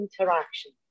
interaction